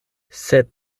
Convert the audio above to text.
sed